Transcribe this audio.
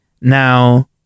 Now